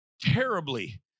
terribly